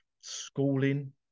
schooling